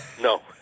No